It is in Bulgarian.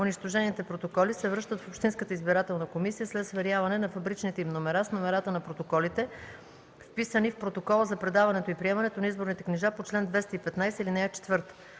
унищожените протоколи се връщат в общинската избирателна комисия след сверяване на фабричните им номера с номерата на протоколите, вписани в протокола за предаването и приемането на изборните книжа по чл. 215, ал. 4.